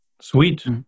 Sweet